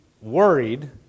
worried